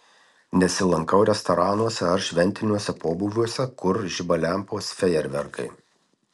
nesilankau restoranuose ar šventiniuose pobūviuose kur žiba lempos fejerverkai